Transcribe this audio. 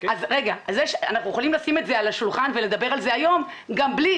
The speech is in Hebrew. אנחנו יכולים לשים את זה על השולחן ולדבר על זה היום גם בלי